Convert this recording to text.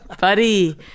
Buddy